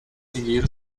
seguir